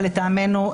ולטעמנו,